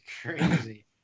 crazy